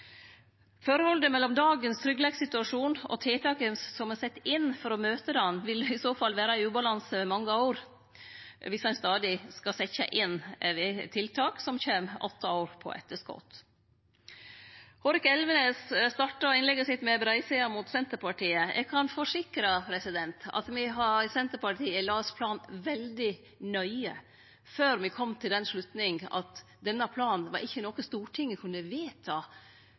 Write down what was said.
Forholdet mellom tryggleikssituasjonen i dag og tiltaka som er sette inn for å møte han, vil vere i ubalanse i mange år viss ein stadig skal setje inn tiltak som kjem åtte år på etterskot. Representanten Hårek Elvenes starta innlegget sitt med breisida mot Senterpartiet. Eg kan forsikre at me i Senterpartiet las planen veldig nøye før me kom til den slutninga at denne planen ikkje var noko Stortinget kunne vedta